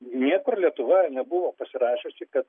niekur lietuva nebuvo pasirašiusi kad